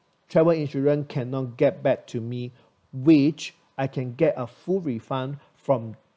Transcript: travel insurance cannot get back to me which I can get a full refund from